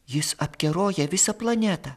jis apkeroja visą planetą